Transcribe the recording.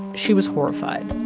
she was horrified,